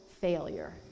failure